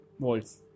volts